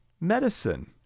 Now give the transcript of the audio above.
medicine